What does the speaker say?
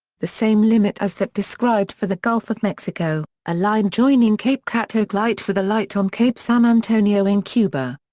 the same limit as that described for the gulf of mexico a line joining cape catoche light with the light on cape san antonio in cuba.